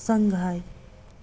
Shanghai